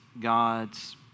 God's